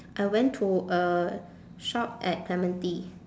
I went to a shop at clementi